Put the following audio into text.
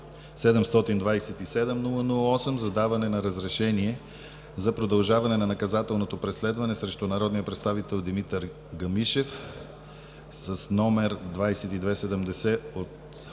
727-00-8, за даване на разрешение за продължаване на наказателното преследване срещу народния представител Димитър Гамишев, № 2270 от